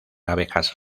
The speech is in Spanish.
abejas